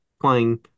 playing